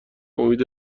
امید